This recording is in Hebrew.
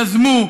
יזמו,